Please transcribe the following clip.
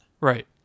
Right